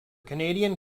canadian